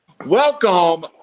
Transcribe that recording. Welcome